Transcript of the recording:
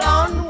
on